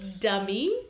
dummy